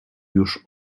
już